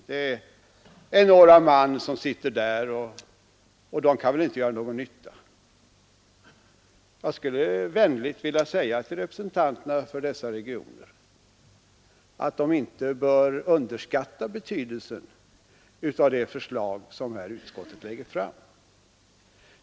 Det är några man som sitter där, och de kan väl inte göra någon nytta.” Jag skulle vänligt vilja säga till representanterna för dessa regioner att de inte bör underskatta betydelsen av det förslag som utskottet här lägger fram.